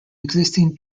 existing